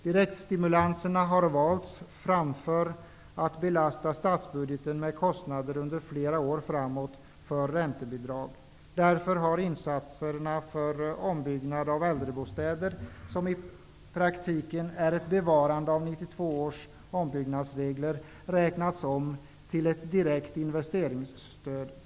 Direktstimulanser har valts framför en belastning av statsbudgeten med kostnader för räntebidrag under flera år framåt. Därför har insatserna för ombyggnad av äldrebostäder, som i praktiken är ett bevarande av 1992 års ombyggnadsregler, räknats om till ett direkt investeringsstöd.